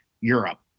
Europe